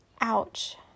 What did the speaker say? ouch